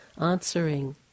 answering